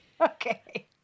Okay